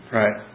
right